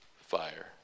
fire